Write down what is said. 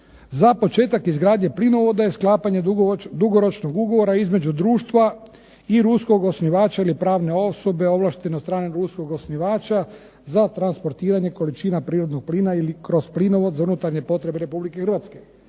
za početak izgradnje plinovoda je sklapanje dugoročnog ugovora između društva i ruskog osnivača ili pravne osobe ovlaštene od strane ruskog osnivača za transportiranje količina prirodnog plina ili kroz plinovod za unutarnje potrebe RH.